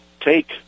take